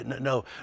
no